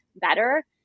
better